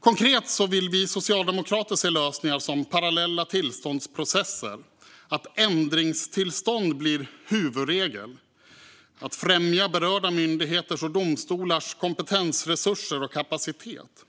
Konkret vill vi socialdemokrater se lösningar som parallella tillståndsprocesser och att ändringstillstånd blir huvudregel. Vi vill främja berörda myndigheters och domstolars kompetensresurser och kapacitet